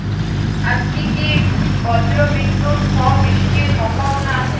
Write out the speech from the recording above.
আজকে কি ব্রর্জবিদুৎ সহ বৃষ্টির সম্ভাবনা আছে?